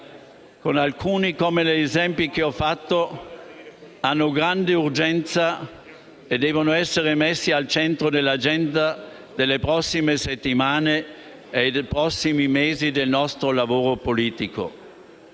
Alcuni, come negli esempi che ho fatto, hanno grande urgenza e devono essere messi al centro dell'agenda delle prossime settimane e dei prossimi mesi del nostro lavoro politico.